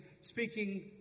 speaking